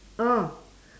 oh